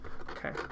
Okay